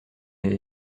elle